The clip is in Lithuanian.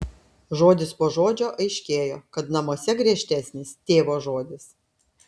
žodis po žodžio aiškėjo kad namuose griežtesnis tėvo žodis